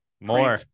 more